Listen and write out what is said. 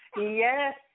Yes